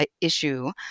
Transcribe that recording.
issue